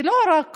זה לא רק